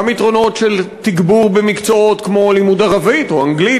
גם יתרונות של תגבור במקצועות כמו ערבית או אנגלית